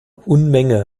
unmenge